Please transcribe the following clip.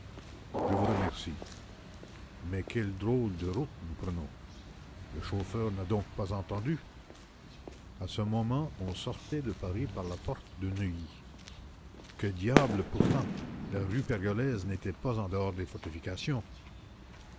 mais quel drôle de chemin nous prenons à ce moment on sortait de paris par la porte de neuillv que diable pourtant la rue pergolèse n'était pas en dehors des